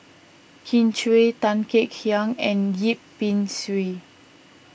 Kin Chui Tan Kek Hiang and Yip Pin Xiu